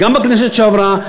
גם בכנסת שעברה,